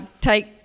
take